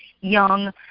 young